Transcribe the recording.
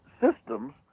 systems